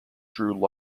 drew